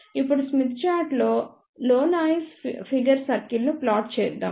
ఇప్పుడు స్మిత్ చార్టులో noise figure సర్కిల్ను ప్లాట్ చేద్దాం